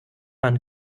man